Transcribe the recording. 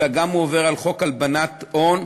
אלא הוא גם עובר על חוק איסור הלבנת הון,